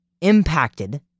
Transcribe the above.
impacted